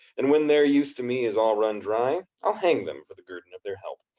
and when their use to me is all run dry, i'll hang them for the guerdon of their help.